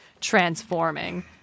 transforming